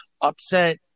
upset